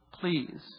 Please